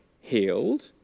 healed